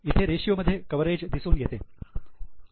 इथे रेषीयो मध्ये कव्हरेज दिसून येते